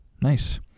Nice